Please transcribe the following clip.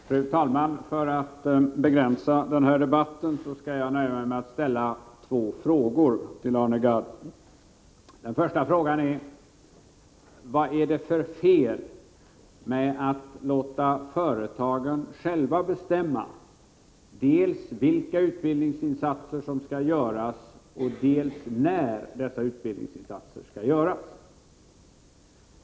Fru talman! För att begränsa denna debatt skall jag nöja mig med att ställa två frågor till Arne Gadd. Den första frågan är: Vad är det för fel med att låta företagen själva bestämma dels vilka utbildningsinsatser som skall göras, dels när dessa utbildningsinsatser skall göras?